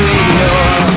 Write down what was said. ignore